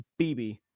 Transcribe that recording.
BB